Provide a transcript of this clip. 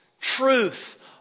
truth